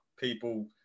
people